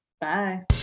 Bye